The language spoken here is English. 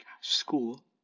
school